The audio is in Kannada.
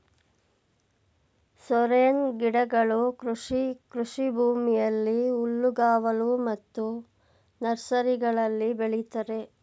ಸೋರೆನ್ ಗಿಡಗಳು ಕೃಷಿ ಕೃಷಿಭೂಮಿಯಲ್ಲಿ, ಹುಲ್ಲುಗಾವಲು ಮತ್ತು ನರ್ಸರಿಗಳಲ್ಲಿ ಬೆಳಿತರೆ